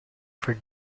for